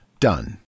Done